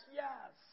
yes